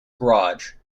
garage